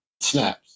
snaps